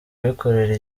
bikorera